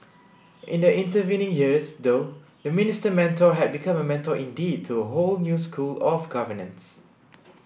in the intervening years though the Minister Mentor had become a mentor indeed to a whole new school of governance